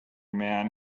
man